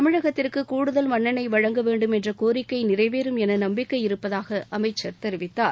தமிழகத்திற்கு கூடுதல் மண்ணெண்ணெய் வழங்க வேண்டும் என்ற கோரிக்கை நிறைவேறும் என நம்பிக்கை இருப்பதாக அமைச்சர் கூறினார்